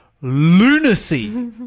lunacy